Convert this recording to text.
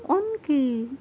ان کی